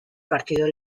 partido